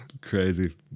crazy